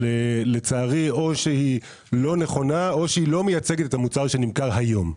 אבל לצערי או שהיא לא נכונה או שהיא לא מייצגת את המוצר שנמכר היום.